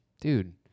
dude